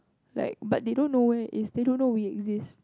like but they don't know where it is they don't know we exist